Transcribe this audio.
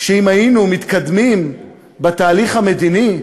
שאם היינו מתקדמים בתהליך המדיני,